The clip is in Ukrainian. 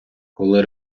коли